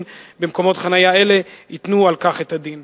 במקומות חנייה אלה ייתנו על כך את הדין.